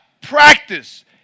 practice